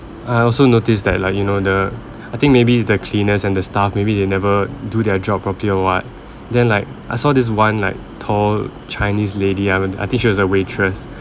I also noticed that like you know the I think maybe it's the cleaners and the staff maybe they never do their job properly or what then like I saw this one like tall chinese lady haven't I think she was a waitress